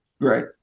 Right